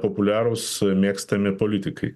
populiarūs mėgstami politikai